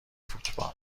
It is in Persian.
فوتبال